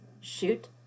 shoot